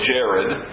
Jared